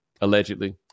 allegedly